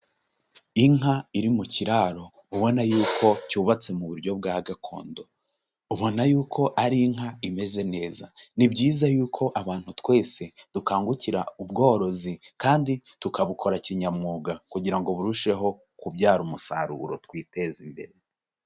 Inka iri mu kiraro ubona yuko cyubatse mu buryo bwa gakondo, ubona yuko ari inka imeze neza, ni byiza yuko abantu twese dukangukira ubworozi kandi tukabukora kinyamwuga kugira ngo burusheho kubyara umusaruro twiteze imbere.